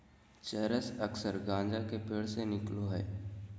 चरस अक्सर गाँजा के पेड़ से निकलो हइ